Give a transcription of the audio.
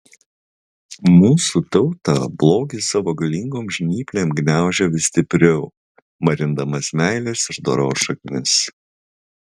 mūsų tautą blogis savo galingom žnyplėm gniaužia vis stipriau marindamas meilės ir doros šaknis